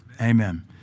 Amen